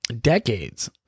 Decades